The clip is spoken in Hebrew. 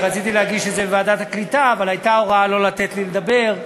אני רציתי להגיש את זה בוועדת הקליטה אבל הייתה הוראה לא לתת לי לדבר,